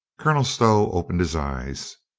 colonel stow opened his eyes,